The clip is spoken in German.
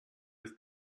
ist